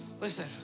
listen